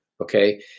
Okay